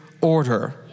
order